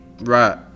Right